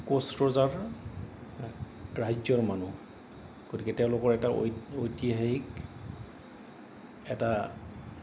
কোচ ৰজাৰ ৰাজ্যৰ মানুহ গতিকে তেওঁলোকৰ এটা ঐতিহাসিক এটা